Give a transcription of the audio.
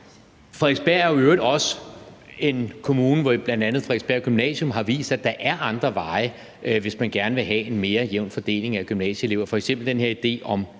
Frederiksberg er i øvrigt også en kommune, hvor bl.a. Frederiksberg Gymnasium har vist, at der er andre veje, hvis man gerne vil have en mere jævn fordeling af gymnasieelever, f.eks. den her idé om